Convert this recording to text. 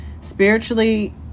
spiritually